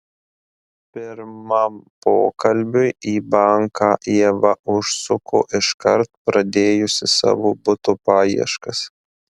pirmam pokalbiui į banką ieva užsuko iškart pradėjusi savo buto paieškas